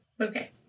Okay